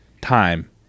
time